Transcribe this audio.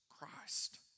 Christ